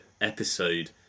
episode